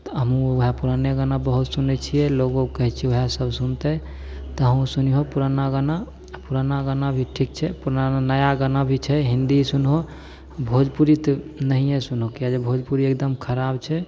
तऽ हमहूँ ओएह पुराने गाना बहुत सुनै छियै लोगो कऽ कहै छियै ओहए सब सुनतै तऽ अहूँ सुनिहो पुराना गाना पुराना गाना भी ठीक छै पुराना नया गाना भी छै हिन्दी सुनहो भोजपुरी तऽ नहिए सुनहो किएकि भोजपुरी एगदम खराब छै